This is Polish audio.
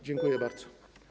Dziękuję bardzo.